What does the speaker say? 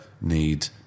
need